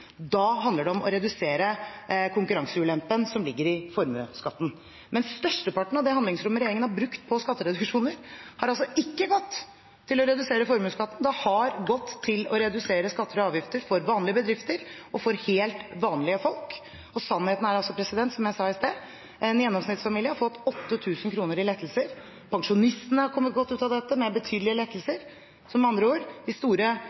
Da handler det om å redusere konkurranseulempen som ligger i formuesskatten. Men størsteparten av det handlingsrommet regjeringen har brukt på skattereduksjoner, har altså ikke gått til å redusere formuesskatten. Det har gått til å redusere skatter og avgifter for vanlige bedrifter og for helt vanlige folk. Sannheten er altså, som jeg sa i sted: En gjennomsnittsfamilie har fått 8 000 kr i lettelser. Pensjonistene har kommet godt ut av dette, med betydelige lettelser. Med andre ord: De store